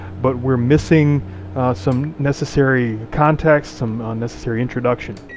but we're missing some necessary context, some necessary introduction.